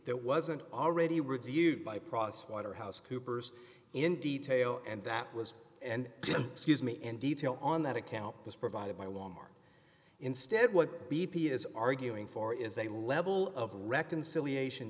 that wasn't already reviewed by process waterhouse coopers in detail and that was and gives me in detail on that account was provided by wal mart instead what b p is arguing for is a level of reconciliation